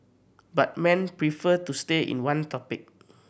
but men prefer to stay in one topic